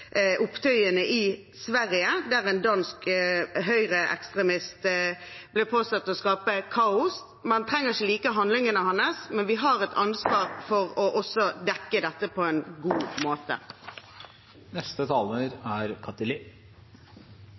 opptøyene i Sverige, der en dansk høyreekstremist ble påstått å skape kaos. Man trenger ikke å like handlingene hans, men vi har et ansvar for også å dekke dette på en god måte.